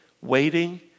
waiting